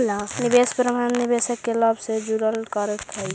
निवेश प्रबंधन निवेशक के लाभ से जुड़ल कार्यशैली हइ